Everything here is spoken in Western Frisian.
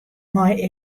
mei